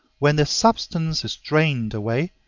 when their substance is drained away,